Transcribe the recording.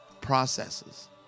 processes